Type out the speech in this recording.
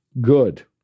good